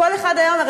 כל אחד היה אומר,